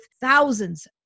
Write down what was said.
thousands